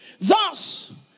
Thus